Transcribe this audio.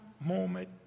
moment